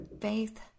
faith